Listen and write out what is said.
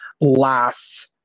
last